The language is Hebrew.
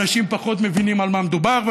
אנשים פחות מבינים על מה מדובר.